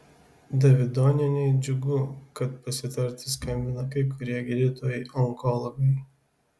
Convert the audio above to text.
davidonienei džiugu kad pasitarti skambina kai kurie gydytojai onkologai